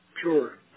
pure